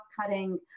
cutting